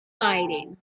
exciting